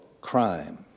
crime